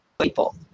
people